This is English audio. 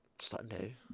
Sunday